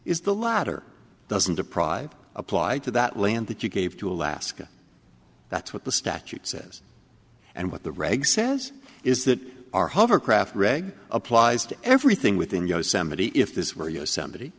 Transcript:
is the latter doesn't deprive apply to that land that you gave to alaska that's what the statute says and what the regs says is that our hovercraft reg applies to everything within yosemite if this were yosemite